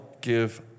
give